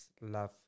love